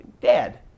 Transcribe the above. Dad